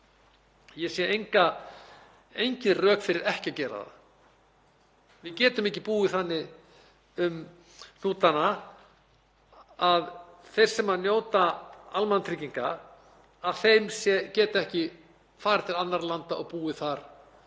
Ég sé engin rök fyrir því að gera það ekki. Við getum ekki búið þannig um hnútana að þeir sem njóta almannatrygginga geti ekki farið til annarra landa og búið þar,